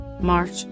March